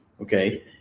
Okay